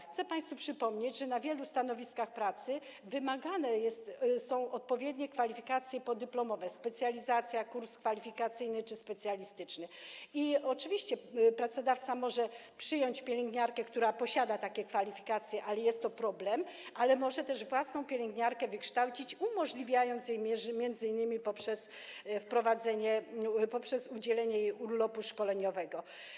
Chcę państwu przypomnieć, że na wielu stanowiskach pracy wymagane są odpowiednie kwalifikacje podyplomowe, specjalizacja, kurs kwalifikacyjny czy specjalistyczny, i oczywiście pracodawca może przyjąć pielęgniarkę, która posiada takie kwalifikacje, jednak jest to problem, ale może też własną pielęgniarkę wykształcić, umożliwiając jej to m.in. poprzez udzielenie jej urlopu szkoleniowego.